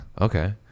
okay